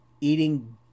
eating